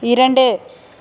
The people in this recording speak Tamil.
இரண்டு